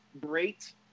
great